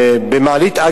במעלית,